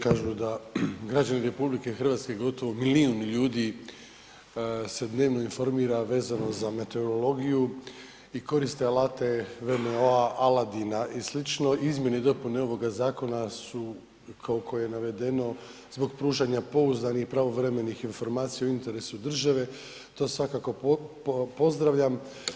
Kažu da građani RH, gotovo milijun ljudi se dnevno informira vezano za meteorologiju i koriste alate WMO-a, Aladina i slično, izmjene i dopune ovoga zakona su koliko je navedeno zbog pružanja pouzdanih i pravovremenih informacija u interesu države to svakako pozdravljam.